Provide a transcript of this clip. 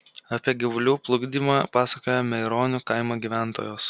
apie gyvulių plukdymą pasakoja meironių kaimo gyventojos